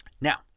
Now